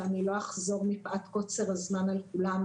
ואני לא אחזור מפאת קוצר הזמן על כולם,